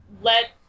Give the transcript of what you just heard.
let